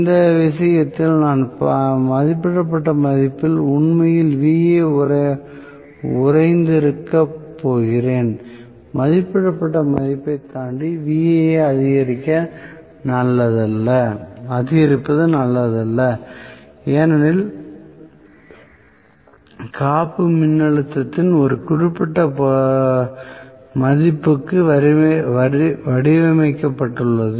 இந்த விஷயத்தில் நான் மதிப்பிடப்பட்ட மதிப்பில் உண்மையில் Va உறைந்திருக்கப் போகிறேன் மதிப்பிடப்பட்ட மதிப்பைத் தாண்டி Va ஐ அதிகரிப்பது நல்லதல்ல ஏனெனில் காப்பு மின்னழுத்தத்தின் ஒரு குறிப்பிட்ட மதிப்புக்கு வடிவமைக்கப்பட்டுள்ளது